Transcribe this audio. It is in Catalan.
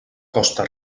costa